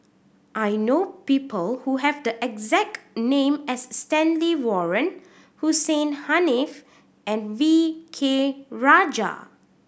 I know people who have the exact name as Stanley Warren Hussein Haniff and V K Rajah